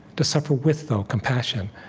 to suffer with, though, compassion,